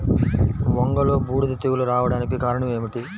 వంగలో బూడిద తెగులు రావడానికి కారణం ఏమిటి?